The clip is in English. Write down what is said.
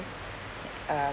uh